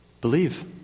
Believe